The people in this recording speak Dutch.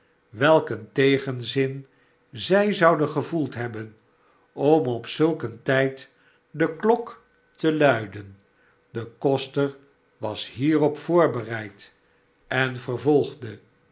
een tegenzin zij zouden gevoeld hebben om op zulk een tijd de klok te luiden de koster was hierop voorbereid en vervolgde